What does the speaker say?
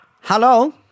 Hello